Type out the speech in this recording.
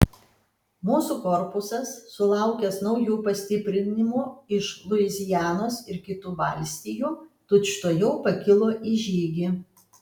mūsų korpusas sulaukęs naujų pastiprinimų iš luizianos ir kitų valstijų tučtuojau pakilo į žygį